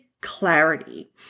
clarity